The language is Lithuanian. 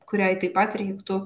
kuriai taip pat reiktų